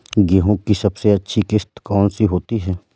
गेहूँ की सबसे अच्छी किश्त कौन सी होती है?